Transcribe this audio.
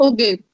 Okay